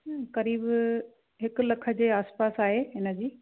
करीब हिकु लखु जे आसपास आहे हिनजी